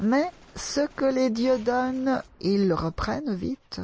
mais ce que les dieux donnent ils le reprennent vite